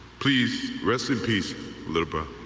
please recipes liberal.